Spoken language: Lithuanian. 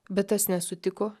bet tas nesutiko